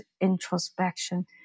introspection